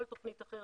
או כל תוכנית אחרת,